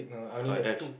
uh that's